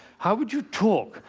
how would you talk?